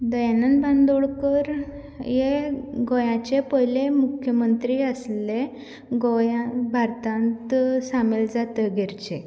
दयानंद बांदोडकर हे गोंयाचें पयले मुख्यमंत्री आसले गोंयांत भारतांत सामील जातगीरचे